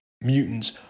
mutants